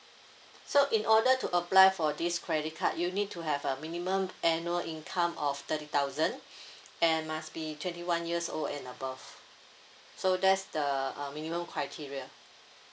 so in order to apply for this credit card you need to have a minimum annual income of thirty thousand and must be twenty one years old and above so that's the uh minimum criteria